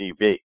TV